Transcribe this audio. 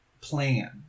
plan